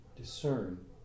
discern